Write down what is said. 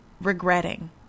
regretting